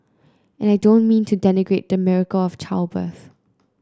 and I don't mean to denigrate the miracle of childbirth